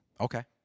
Okay